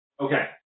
okay